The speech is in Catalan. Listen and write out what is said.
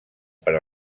per